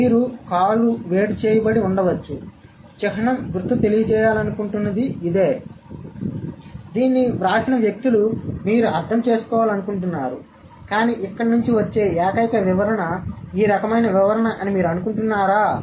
కాబట్టి మీ కారు వేడి చేయబడి ఉండవచ్చు చిహ్నం గుర్తు తెలియజేయాలనుకుంటున్నది ఇదే దీన్ని వ్రాసిన వ్యక్తులు మీరు అర్థం చేసుకోవాలనుకుంటున్నారు కానీ ఇక్కడ నుండి వచ్చే ఏకైక వివరణ ఈ రకమైన వివరణ అని మీరు అనుకుంటున్నారా